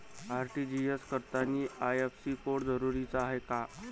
RTGS करतांनी IFSC code जरुरीचा हाय का?